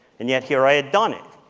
and yet here i had done it.